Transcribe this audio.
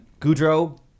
Goudreau